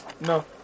No